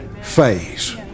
phase